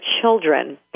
children